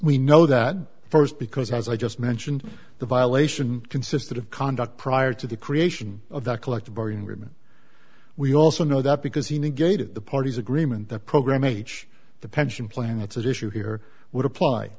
we know that st because as i just mentioned the violation consisted of conduct prior to the creation of that collective bargaining agreement we also know that because he negated the party's agreement that program h the pension plan it's issue here would apply